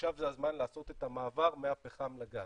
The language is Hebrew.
עכשיו זה הזמן לעשות את המעבר מהפחם לגז.